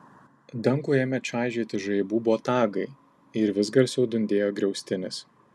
dangų ėmė čaižyti žaibų botagai ir vis garsiau dundėjo griaustinis